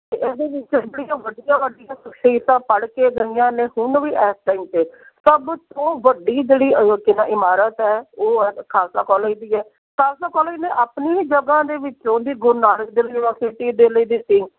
ਅਤੇ ਇਹਦੇ ਵਿੱਚ ਜਿਹੜੀਆਂ ਵੱਡੀਆਂ ਵੱਡੀਆਂ ਸਖਸ਼ੀਅਤਾਂ ਪੜ੍ਹ ਕੇ ਗਈਆਂ ਨੇ ਹੁਣ ਵੀ ਇਸ ਟਾਈਮ 'ਤੇ ਸਭ ਤੋਂ ਵੱਡੀ ਜਿਹੜੀ ਇਮਾਰਤ ਹੈ ਉਹ ਹੈ ਖਾਲਸਾ ਕੋਲੇਜ ਦੀ ਹੈ ਖਾਲਸਾ ਕੋਲੇਜ ਨੇ ਆਪਣੀ ਹੀ ਜਗ੍ਹਾ ਦੇ ਵਿੱਚੋਂ ਦੀ ਗੁਰੂ ਨਾਨਕ ਦੇਵ ਯੂਨੀਵਰਸਿਟੀ ਦੇ ਲਈ ਦਿੱਤੀ